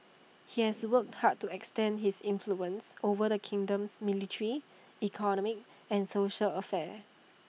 he has worked hard to extend his influence over the kingdom's military economic and social affairs